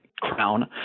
crown